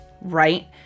right